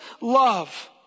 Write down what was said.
love